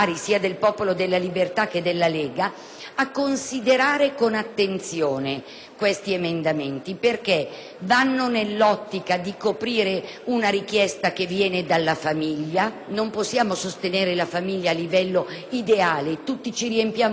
a considerare con attenzione questi emendamenti perché essi vanno nell'ottica di coprire una richiesta proveniente dalla famiglia. Non possiamo sostenere la famiglia solo a livello ideale: tutti ci riempiamo la bocca ma poi concretamente non facciamo nulla.